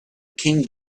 king